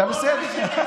אתה בסדר.